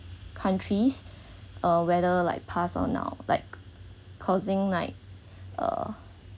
countries uh whether like past or now like causing like uh